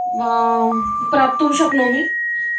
वा प्राप्तुं शक्नोमि